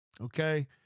Okay